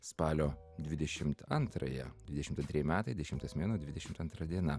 spalio dvidešimt antrąją dvidešimt antri metai dešimtas mėnuo dvidešimt antra diena